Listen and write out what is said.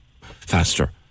faster